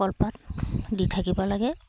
কলপাত দি থাকিব লাগে